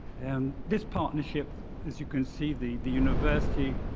and, this partnership as you can see the the university,